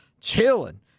chilling